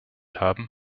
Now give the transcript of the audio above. haben